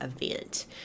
event